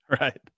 Right